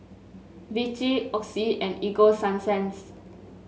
Vichy Oxy and Ego Sunsense